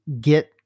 get